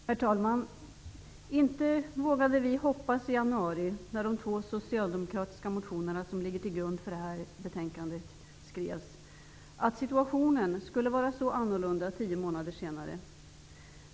Herr talman! Inte vågade vi i januari -- när de två socialdemokratiska motionerna som ligger till grund för detta betänkande skrevs -- hoppas att situationen skulle vara så annorlunda tio månader senare.